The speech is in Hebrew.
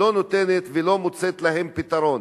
לא נותנת ולא מוצאת להם פתרון.